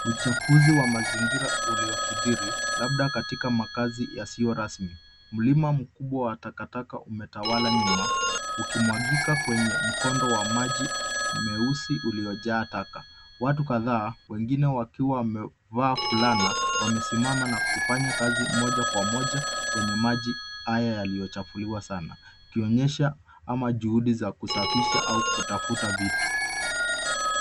Uchafuzi wa mazingira uliokithiri labda katika makazi yasiyo rasmi. Mlima mkubwa wa takataka umetawala nyuma ukimwagika kwenye mkondo wa maji meusi uliojaa taka. Watu kadhaa, wengine wakiwa wamevaa fulana wamesimama na kufanya kazi moja kwa moja kwenye maji haya yaliyochafuliwa sana, ikionyesha ama juhudi za kusafisha au kutafuta kitu.